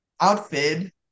outfit